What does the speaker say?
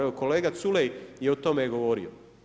Evo, kolega Culej je o tome govorio.